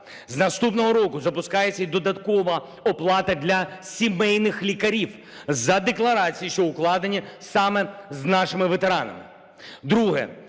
З наступного року запускається й додаткова оплата для сімейних лікарів за декларацією, що укладені саме з нашими ветеранами.